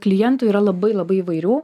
klientų yra labai labai įvairių